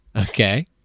Okay